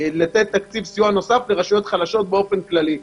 לתת תקציב סיוע נוסף, לרשויות חלשות באופן כללי.